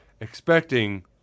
expecting